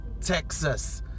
Texas